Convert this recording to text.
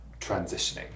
transitioning